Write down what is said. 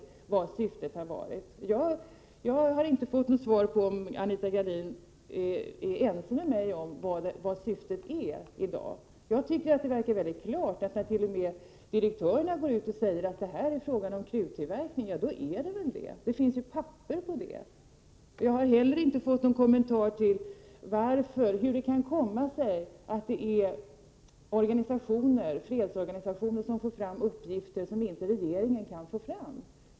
Eller skulle man göra det? Jag har inte fått något svar på om Anita Gradin är ense med mig om vad syftet är i dag. Jag Prot. 1988/89:102 tycker att det verkar klart, eftersom t.o.m. direktörerna går ut och säger att 24 april 1989 det är fråga om kruttillverkning. Då måste det väl vara så. Det finns ju papper på det. Jag har inte heller fått några kommentarer till hur det kan komma sig att organisationer, framför allt fredsorganisationer, får fram uppgifter som regeringen inte kan få fram.